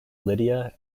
lydia